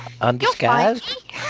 Undisguised